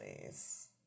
please